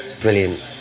brilliant